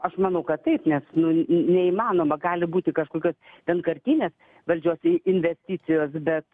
aš manau kad taip nes nu neįmanoma gali būti kažkokio vienkartinės valdžios į investicijos bet